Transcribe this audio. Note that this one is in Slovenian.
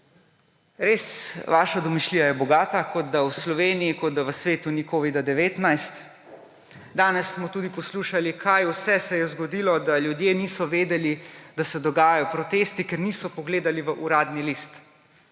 Res, vaša domišljija je bogata, kot da v Sloveniji, kot da v svetu ni covida-19. Danes smo tudi poslušali, kaj vse se je zgodilo, da ljudje niso vedeli, da se dogajajo protesti, ker niso pogledali v Uradni list.